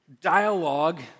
dialogue